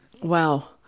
Wow